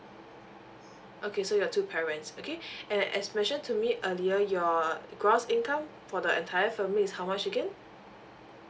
okay so your two parents okay and as mentioned to me earlier your gross income for the entire family is how much again